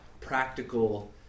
practical